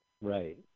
Right